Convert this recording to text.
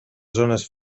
zones